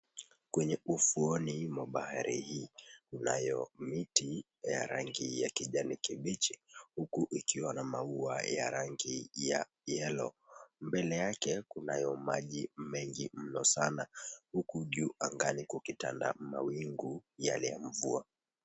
Kwenye ufuoni mwa bahari hii, kunayo miti ya rangi ya kijani kibichi. Huku ikiwa na maua ya rangi ya yellow . Mbele yake kunayo maji mengi mno sana. Huku juu angani kukitanda mawingu yale ya mvua.